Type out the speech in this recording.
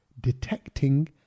detecting